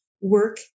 work